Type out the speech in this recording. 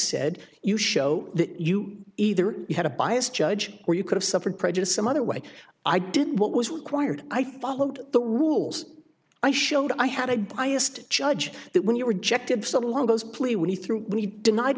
said you show that you either had a biased judge or you could have suffered prejudice some other way i did what was required i followed the rules i showed i had a biased judge that when you were checked up so long those plea when he through when he denied